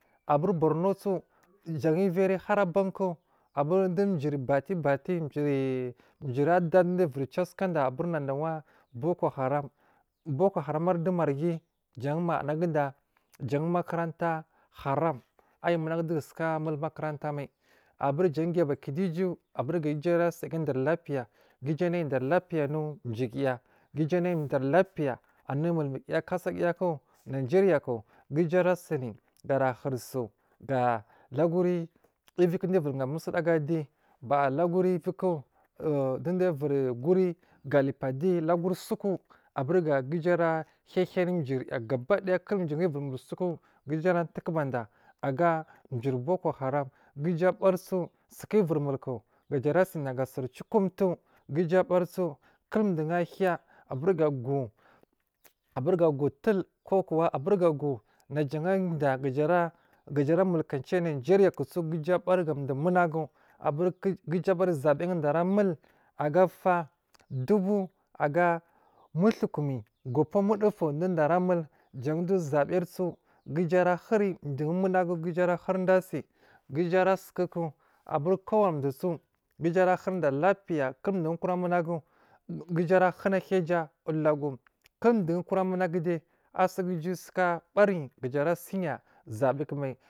Abur bornu su jan uviri hari aban ku aburi dowo juri bati bati jiri jiri a do a dowo uviri ciwa asukada abirna dawa bokoharam, book haramridu marghi jan makanaguda jan mukuran ta haram ayi munugu duwodu sulk, mun makaranta mai aburi jan giya a ba kiduwo uju ga uju arasi aga dar lapiya ga uju anai dari lapiya anu juguya ga uju anai dari lapiya anu mulmuguya kasa guyaku nigeria ku ga uju arasini gara sini gar a hurisu ga laguri dowo duu viri ha musudagu achyi bada laguri ku ku dowo duwo uviri guri galibu adiyi laguri suku aburi ga uju ara hiyi hin juriya gabakidaya kul dowu uviri mul suku ga uju ara tuwaku bada aga juri boko haram ga uju abarisu suku uviri mulku ga jarasi ga suri ciwo kumtowo ga uju abari kul duwo ahiya aburi gag u aburiga gu ptil kokowa aburiga gu najan daya ga ja mulkeyi ciyi najeri yakusu ga uju abari ga dowo munagu aburikugu uju abari dara mul aga fa dubu aga mutuku ni gobuwo mudowofu dowudu ara mul jan dowu zabarisu ga uju ara huri dowo munagu ga uju ara hurida asi ga uju ara hurida lapiya kul dowu kura munagu ga uju ara huna hiyaja ulagu kul dowo kura munau ga uju ara huna hiyaja ulagu kul dowo kura munagude a suka ga uju ga uju ara beri gaja arasiya zabe kumai.